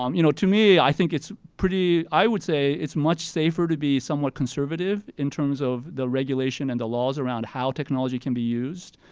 um you know to me, i think it's pretty, i would say it's much safer to be somewhat conservative in terms of the regulation and the laws around how technology can be used.